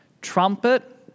trumpet